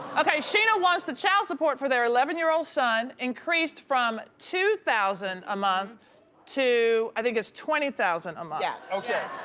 okay, sheena wants the child support for their eleven year old son increased from two thousand a month to, i think it's twenty thousand a month. yeah okay,